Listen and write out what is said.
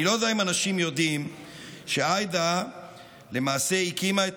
אני לא יודע אם אנשים יודעים שעאידה למעשה הקימה את